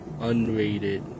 unrated